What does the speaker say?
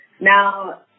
Now